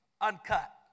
uncut